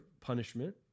punishment